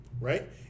right